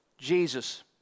Jesus